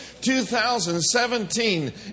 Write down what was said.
2017